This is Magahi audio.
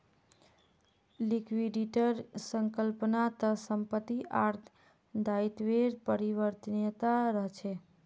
लिक्विडिटीर संकल्पना त संपत्ति आर दायित्वेर परिवर्तनीयता रहछे